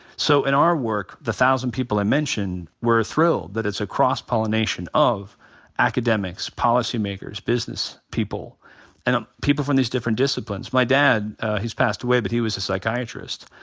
so in our work, the thousand people i mentioned were thrilled that it's a cross pollination of academics, policy makers, business people and um people from these different disciplines. my dad he has passed away but he was a psychiatrist.